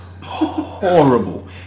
horrible